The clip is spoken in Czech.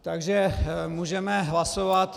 Takže můžeme hlasovat.